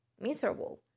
miserable